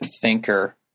thinker